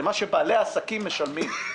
זה מה שבעלי העסקים משלמים.